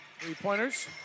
Three-pointers